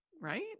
right